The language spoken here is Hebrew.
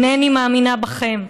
אינני מאמינה בכם.